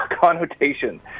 connotation